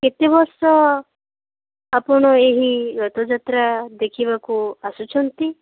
କେତେ ବର୍ଷ ଆପଣ ଏହି ରଥଯାତ୍ରା ଦେଖିବାକୁ ଆସୁଛନ୍ତି